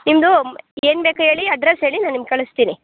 ನಿಮ್ಮದು ಏನು ಬೇಕು ಹೇಳಿ ಅಡ್ರಸ್ ಹೇಳಿ ನಾನು ನಿಮ್ಗೆ ಕಳಿಸ್ತೀನಿ